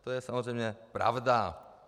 To je samozřejmě pravda.